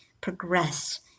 progress